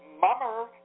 mummer